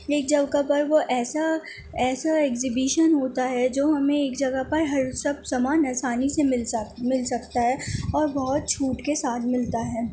ایک جگہ پر وہ ایسا ایسا ایگزیبیشن ہوتا ہے جو ہمیں ایک جگہ پر ہر سب سامان آسانی سے مل سک مل سکتا ہے اور بہت چھوٹ کے ساتھ ملتا ہے